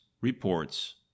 Reports